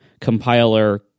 compiler